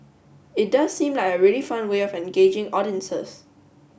it does seem like a really fun way of engaging audiences